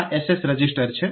આ SS register છે